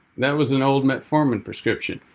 that was an old metformin prescription.